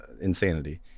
insanity